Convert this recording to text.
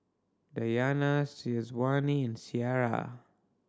Dayana Syazwani Syirah